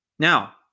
Now